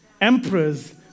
emperors